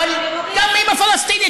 אבל גם אימא פלסטינית.